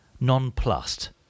nonplussed